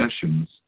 sessions